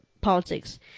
politics